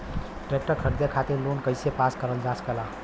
Tractor खरीदे खातीर loan कइसे पास करल जा सकेला?